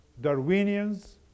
Darwinians